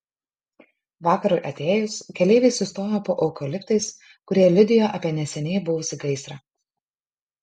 vakarui atėjus keleiviai sustojo po eukaliptais kurie liudijo apie neseniai buvusį gaisrą